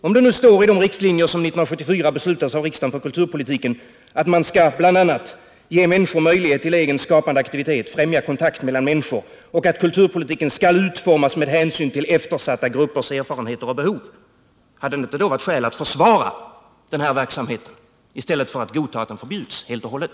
Om det nu står i de riktlinjer för kulturpolitiken som 1974 beslutades av riksdagen att man bl.a. skall ge människor möjlighet till egen skapande aktivitet och främja kontakt mellan människor samt att kulturpolitiken skall utformas med hänsyn till eftersatta gruppers erfarenheter och behov, hade det inte då varit skäl att försvara den här verksamheten i stället för att godta att den förbjuds helt och hållet?